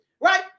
right